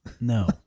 No